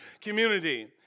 community